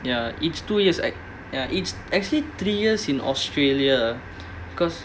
ya each two years act~ it's actually three years in australia because